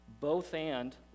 both-and